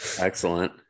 Excellent